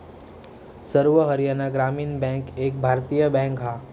सर्व हरयाणा ग्रामीण बॅन्क एक भारतीय बॅन्क हा